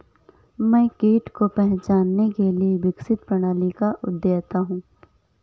मैं कीट को पहचानने के लिए विकसित प्रणाली का अध्येता हूँ